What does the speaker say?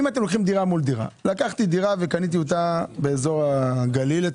אם קנית דירה בשלושה מיליון שקלים,